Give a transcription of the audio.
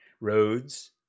Roads